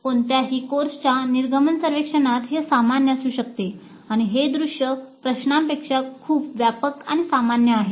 कोणत्याही कोर्सच्या निर्गमन सर्वेक्षणात हे सामान्य असू शकते आणि हे दृश्य प्रश्नांपेक्षा खूप व्यापक आणि सामान्य आहे